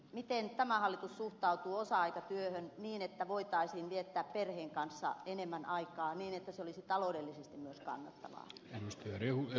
miten tämä hallitus suhtautuu osa aikatyöhön niin että voitaisiin viettää perheen kanssa enemmän aikaa niin että se olisi myös taloudellisesti kannattavaa